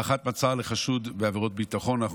(הארכת מעצר לחשוד בעבירות ביטחון) להצעות חוק נפרדות,